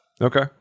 okay